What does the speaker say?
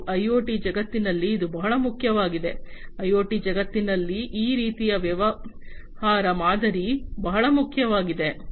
ಮತ್ತು ಐಒಟಿ ಜಗತ್ತಿನಲ್ಲಿ ಇದು ಬಹಳ ಮುಖ್ಯವಾಗಿದೆ ಐಒಟಿ ಜಗತ್ತಿನಲ್ಲಿ ಈ ರೀತಿಯ ವ್ಯವಹಾರ ಮಾದರಿ ಬಹಳ ಮುಖ್ಯವಾಗಿದೆ